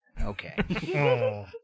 Okay